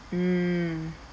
mm